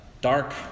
dark